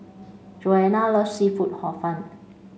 Joanne loves seafood Hor Fun